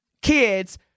kids